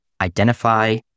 identify